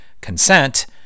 consent